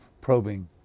probing